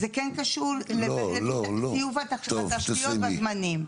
זה כן קשור לפי סעיף התשתיות והזמנים.